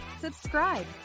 subscribe